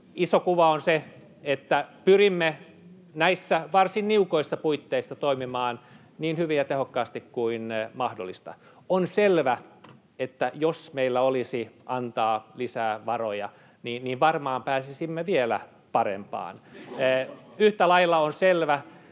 Iso kuva on se, että pyrimme näissä varsin niukoissa puitteissa toimimaan niin hyvin ja tehokkaasti kuin mahdollista. On selvää, että jos meillä olisi antaa lisää varoja, niin varmaan pääsisimme vielä parempaan. Yhtä lailla on selvää,